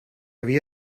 havia